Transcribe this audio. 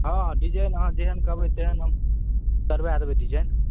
हँ डिजाइन अहाँ जेहन कहबै तेहन हम करबाए देबै डिजाइन